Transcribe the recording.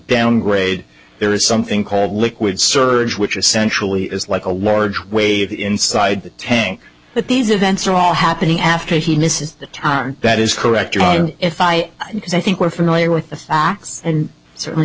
downgrade there is something called liquid surge which essentially is like a large wave inside the tank but these events are all happening after he misses the time that is correct or if i was i think we're familiar with the facts and certainly